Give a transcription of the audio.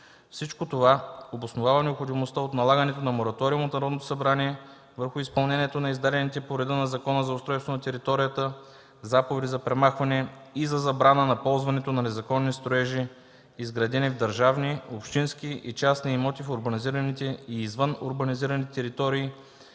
от налагането на мораториум от Народното събрание върху изпълнението на издадените по реда на Закона за устройство на територията заповеди за премахване и за забрана на ползването на незаконни строежи, изградени в държавни, общински и частни имоти в урбанизираните и извън урбанизираните територии,